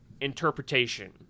interpretation